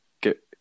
get